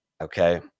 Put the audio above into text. okay